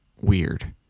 weird